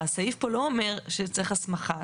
הסעיף פה לא אומר שצריך הסמכה.